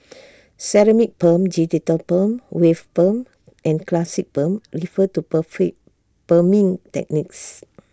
ceramic perm digital perm wave perm and classic perm refer to prefer perming techniques